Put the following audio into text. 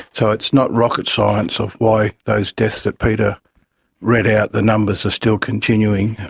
so it's not rocket science of why those deaths that peter read out the numbers are still continuing.